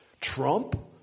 Trump